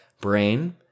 brain